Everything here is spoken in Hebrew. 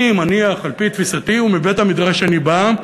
אני מניח, על-פי תפיסתי מבית-המדרש שאני בא,